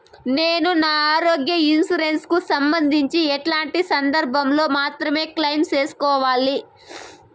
నేను నా ఆరోగ్య ఇన్సూరెన్సు కు సంబంధించి ఎట్లాంటి సందర్భాల్లో మాత్రమే క్లెయిమ్ సేసుకోవాలి?